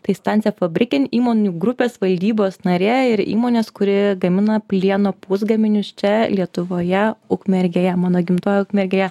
tai stance fabriken įmonių grupės valdybos narė ir įmonės kuri gamina plieno pusgaminius čia lietuvoje ukmergėje mano gimtojoj ukmergėje